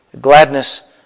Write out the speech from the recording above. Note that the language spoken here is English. gladness